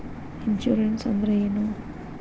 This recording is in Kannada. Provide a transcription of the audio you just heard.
ಇನ್ಶೂರೆನ್ಸ್ ಅಂದ್ರ ಏನು?